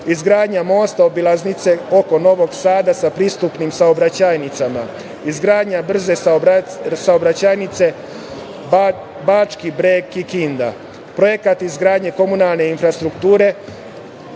izgradnja mosta obilaznice oko Novog Sada sa pristupnim saobraćajnicama, izgradnja brze saobraćajnice Bački Breg – Kikinda, projekat izgradnje komunalne infrastrukture